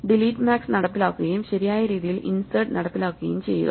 delete max നടപ്പിലാക്കുകയും ശരിയായരീതിയിൽ insert നടപ്പിലാക്കുകയും ചെയ്യുക